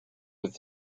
with